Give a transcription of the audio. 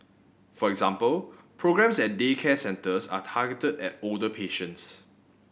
for example programmes at daycare centres are targeted at older patients